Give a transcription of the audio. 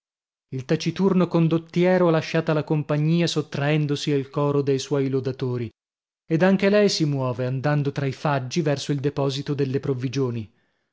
il taciturno condottiero ha lasciata la compagnia sottraendosi al coro dei suoi lodatori ed anche lei si muove andando tra i faggi verso il deposito delle provvigioni